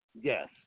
Yes